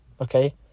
Okay